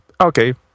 okay